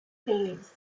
phase